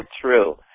true